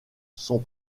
sont